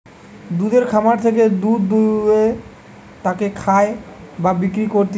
দুধের খামার থেকে দুধ দুয়ে তাকে খায় বা বিক্রি করতিছে